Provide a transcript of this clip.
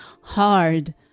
hard